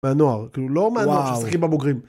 מהנוער, כאילו לא מהנוער של שמשחקים בבוגרים.